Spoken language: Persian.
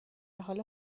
حال